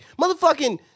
Motherfucking